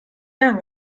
jahren